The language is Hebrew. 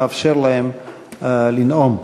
אאפשר לנאום.